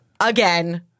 Again